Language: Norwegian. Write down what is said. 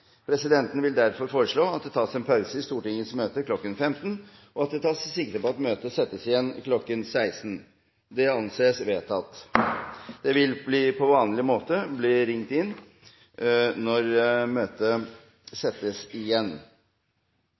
Presidenten vil derfor foreslå at det tas en pause i Stortingets møte kl. 15.00 og at det tas sikte på at møtet settes igjen ca. kl. 16. – Det anses vedtatt. Det vil på vanlig måte bli ringt når møtet skal settes igjen.